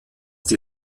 die